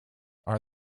are